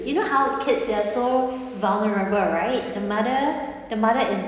you know how kids they are so vulnerable right the mother the mother